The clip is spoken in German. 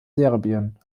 serbien